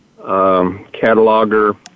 cataloger